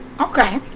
Okay